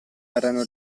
erano